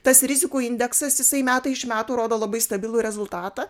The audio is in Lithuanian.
tas rizikų indeksas jisai metai iš metų rodo labai stabilų rezultatą